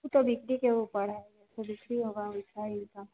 वह तो बिक्री के ऊपर है जैसे बिक्री होगा वैसा ही दाम